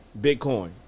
Bitcoin